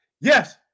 Yes